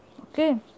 okay